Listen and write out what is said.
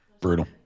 Brutal